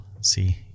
see